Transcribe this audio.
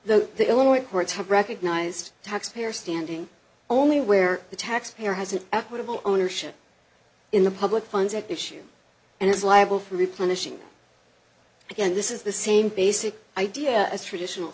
the illinois courts have recognized taxpayer standing only where the taxpayer has an equitable ownership in the public funds at issue and is liable for replenishing again this is the same basic idea as traditional